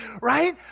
right